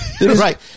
Right